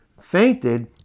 fainted